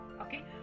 okay